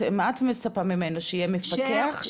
מה את מצפה ממנו שיהיה מפקח?